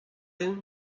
eeun